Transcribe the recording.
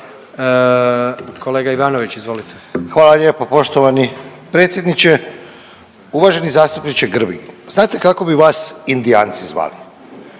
Hvala lijepa poštovani predsjedniče. Uvaženi zastupniče Grbin, znate kako bi vas Indijanci zvali.